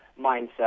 mindset